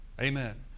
Amen